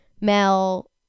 Mel